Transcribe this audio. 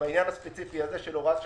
בעניין הספציפי הזה, של הוראת שעה,